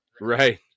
right